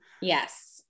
Yes